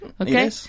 okay